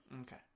Okay